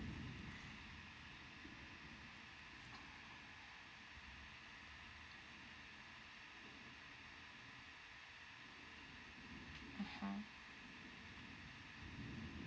mmhmm